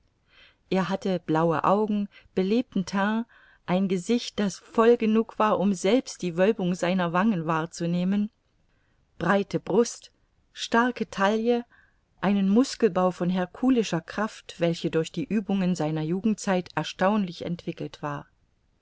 er hatte blaue augen belebten teint ein gesicht das voll genug war um selbst die wölbung seiner wangen wahrzunehmen breite brust starke taille einen muskelbau von herculischer kraft welche durch die uebungen seiner jugendzeit erstaunlich entwickelt war